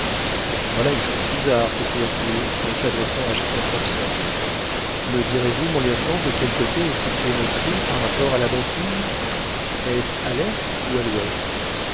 voilà une chose bizarre s'écria-t-il en s'adressant à jasper hobson me direz-vous mon lieutenant de quel côté est située notre île par rapport à la banquise est-ce à l'est ou à l'ouest